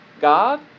God